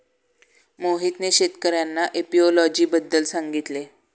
मोहितने शेतकर्यांना एपियोलॉजी बद्दल सांगितले